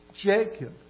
Jacob